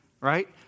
right